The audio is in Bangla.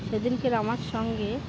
সেদিন আমার সঙ্গে